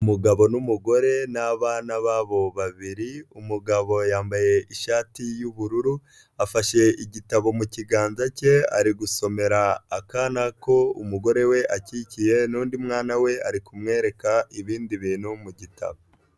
Umugabo n'umugore n'abana babo babiri, umugabo yambaye ishati y'ubururu, afashe igitabo mu kiganza cye, ari gusomera akana ko umugore we akikiye n'undi mwana we ari kumwereka ibindi bintu mu gitabo.